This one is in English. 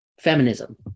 feminism